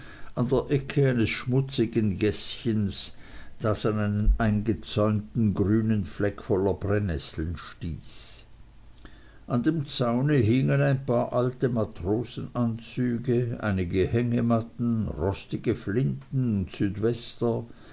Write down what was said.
an der ecke eines schmutzigen gäßchens das an einen eingezäunten grünen fleck voller brennesseln stieß an dem zaune hingen ein paar alte matrosenanzüge einige hängematten rostige flinten und südwester